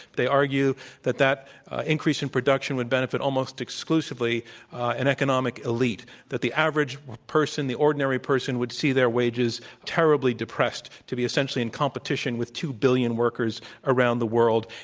they argue that that increase in production would benefit almost exclusively an economic elite, that the average person, the ordinary person would see their wages terribly depressed to be essentially in competition with two billion workers around the world.